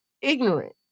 ignorant